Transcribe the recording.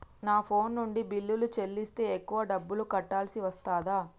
నా ఫోన్ నుండి బిల్లులు చెల్లిస్తే ఎక్కువ డబ్బులు కట్టాల్సి వస్తదా?